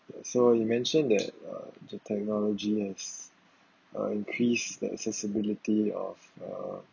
so you mentioned that uh the technology has uh increase the accessibility of uh